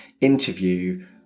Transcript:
interview